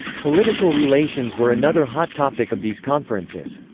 political relations were another hot topic of these conferences.